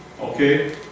okay